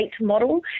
model